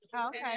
Okay